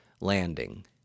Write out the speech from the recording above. Landing